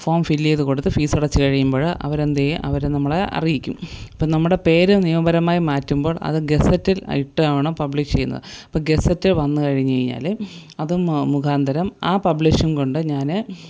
form fill ചെയ്ത് കൊടുത്ത് കുറച്ച് കഴിയുമ്പോൾ അവർ എന്തു ചെയ്യും അവർ നമ്മളെ അറിയിക്കും അപ്പം നമ്മുടെ പേര് നിയമപരമായി മാറ്റുമ്പോൾ അത് ഗസറ്റിൽ ആയിട്ടാണ് പബ്ലിഷ് ചെയ്യുന്നത് അപ്പം ഗസറ്റ് വന്നുകഴിഞ്ഞ് കഴിഞ്ഞാൽ അതും മുഖാന്തിരം ആ പബ്ലിഷും കൊണ്ട് ഞാൻ